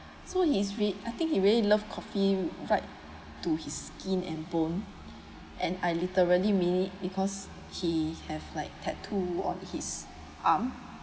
so he's re~ I think he really love coffee right to his skin and bone and I literally mean it because he have like tattoo on his arm